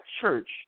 church